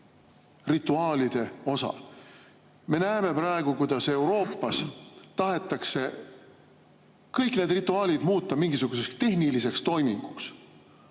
kultuurirituaalide osa. Me näeme praegu, kuidas Euroopas tahetakse kõik need rituaalid muuta mingisuguseks tehniliseks toiminguks.